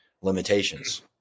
limitations